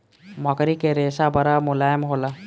मकड़ी के रेशा बड़ा मुलायम होला